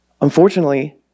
unfortunately